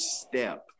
Step